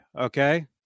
okay